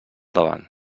davant